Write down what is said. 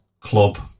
club